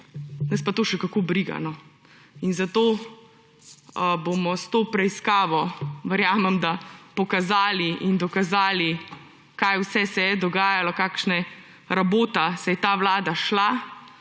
nas pa to še kako briga. In zato bomo s to preiskavo, verjamem da, pokazali in dokazali, kaj vse se je dogajalo, kakšne rabote se je ta vlada šla.